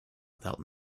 without